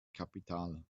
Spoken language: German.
kapital